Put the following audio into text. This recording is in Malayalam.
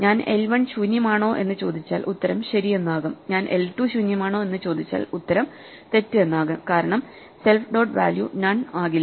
ഞാൻ L1 ശൂന്യമാണോ എന്ന് ചോദിച്ചാൽ ഉത്തരം ശരി എന്നാകും ഞാൻ L2 ശൂന്യമാണോ എന്ന് ചോദിച്ചാൽ ഉത്തരം തെറ്റ് എന്നാകും കാരണം സെൽഫ് ഡോട്ട് വാല്യൂ നൺ ആകില്ല